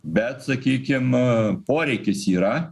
bet sakykim poreikis yra